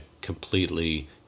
completely